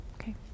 Okay